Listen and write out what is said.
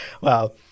wow